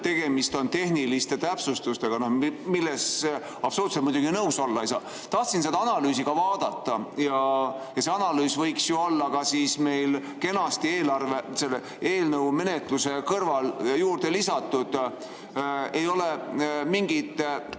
tegemist on tehniliste täpsustustega, millega absoluutselt muidugi nõus olla ei saa. Tahtsin seda analüüsi vaadata ja see analüüs võiks ju olla meil kenasti selle eelnõu [materjalide] juurde lisatud. Ei ole mingit